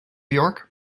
york